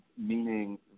meaning